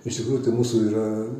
iš tikrųjų tai mūsų yra